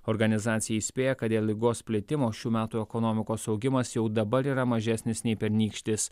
organizacija įspėja kad dėl ligos plitimo šių metų ekonomikos augimas jau dabar yra mažesnis nei pernykštis